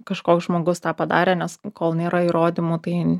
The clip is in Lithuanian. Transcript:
kažkoks žmogus tą padarė nes kol nėra įrodymų tai